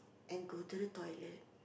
and go to the toilet